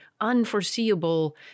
unforeseeable